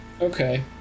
okay